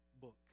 book